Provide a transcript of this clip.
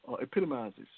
epitomizes